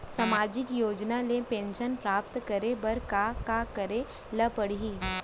सामाजिक योजना ले पेंशन प्राप्त करे बर का का करे ल पड़ही?